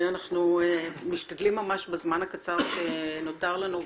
אנחנו משתדלים בזמן הקצר שנותר לנו,